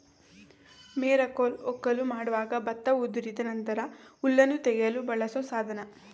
ಮೆರಕೋಲು ವಕ್ಕಲು ಮಾಡುವಾಗ ಭತ್ತ ಉದುರಿದ ನಂತರ ಹುಲ್ಲನ್ನು ತೆಗೆಯಲು ಬಳಸೋ ಸಾಧನ